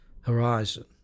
Horizon